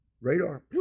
Radar